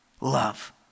love